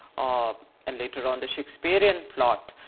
ah and later on the shakespearian plot,